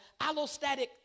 allostatic